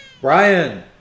Brian